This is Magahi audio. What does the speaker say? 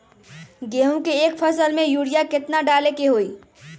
गेंहू के एक फसल में यूरिया केतना डाले के होई?